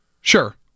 Sure